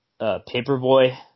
Paperboy